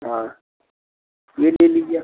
हाँ ये ले लीजिए आप